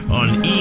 on